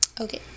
okay